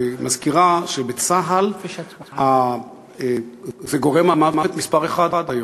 מזכירה שבצה"ל זה גורם המוות מספר אחת היום.